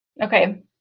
okay